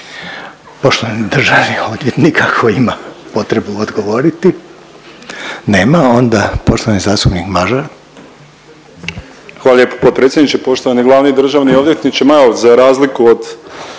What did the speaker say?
Poštovani državni odvjetnik ako ima potrebu odgovoriti? Nema. Onda poštovani zastupnik Mažar. **Mažar, Nikola (HDZ)** Hvala lijepa potpredsjedniče, poštovani glavni državni odvjetniče. Ma evo za razliku od